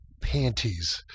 panties